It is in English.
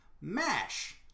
MASH